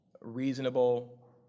reasonable